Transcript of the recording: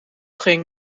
ging